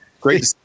great